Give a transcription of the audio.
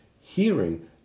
hearing